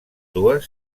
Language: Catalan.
dues